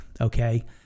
Okay